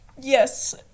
Yes